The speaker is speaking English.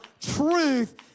truth